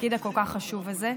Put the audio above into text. בתפקיד הכל-כך החשוב הזה.